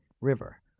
River